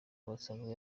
basanze